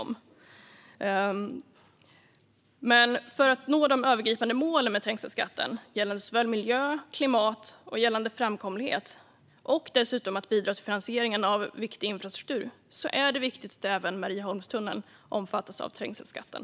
Men för att nå de övergripande målen med trängselskatten gällande såväl miljö och klimat som framkomlighet och bidrag till finansieringen av viktig infrastruktur är det viktigt att även Marieholmstunneln omfattas av trängselskatten.